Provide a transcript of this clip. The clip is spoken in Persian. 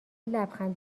لبخند